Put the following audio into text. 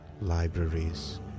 libraries